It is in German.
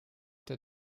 der